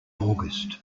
august